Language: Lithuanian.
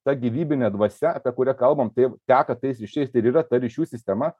ta gyvybinė dvasia apie kurią kalbam taip teka tais ryšiais tai ir yra ta ryšių sistema